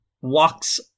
walks